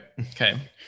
Okay